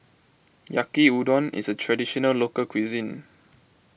Yaki Udon is a Traditional Local Cuisine